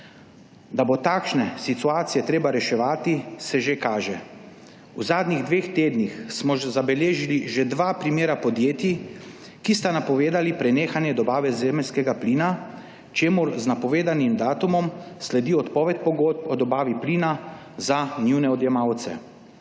Da bo takšne situacije treba reševati, se že kaže. V zadnjih dveh tednih smo zabeležili že dva primera podjetij, ki sta napovedali prenehanje dobave zemeljskega plina, čemur z napovedanim datumom sledi odpoved pogodb o dobavi plina za njune odjemalce.